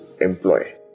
employ